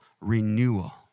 renewal